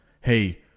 hey